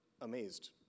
amazed